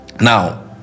Now